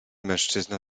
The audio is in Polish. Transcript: mężczyzna